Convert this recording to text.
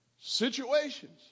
situations